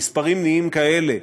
המספרים נהיים כאלה,